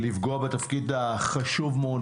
לפגוע בתפקיד החשוב מאוד,